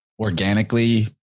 organically